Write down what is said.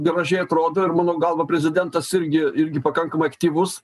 gražiai atrodo ir mano galva prezidentas irgi irgi pakankamai aktyvus